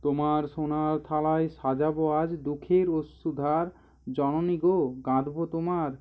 তোমার সোনার থালায় সাজাব আজ দুখের অশ্রুধার জননী গো গাঁথব তোমার